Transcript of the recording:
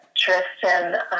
Tristan